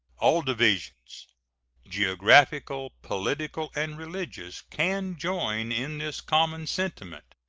all divisions geographical, political, and religious can join in this common sentiment.